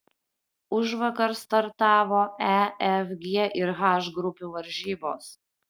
užvakar startavo e f g ir h grupių varžybos